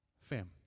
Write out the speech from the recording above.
Fam